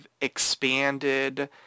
expanded